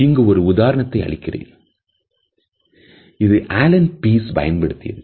இது Allen piece பயன்படுத்தியது